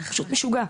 פשוט משוגע.